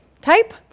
type